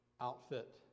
outfit